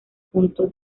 punto